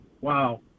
Wow